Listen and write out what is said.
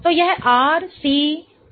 तो यह RCOOR है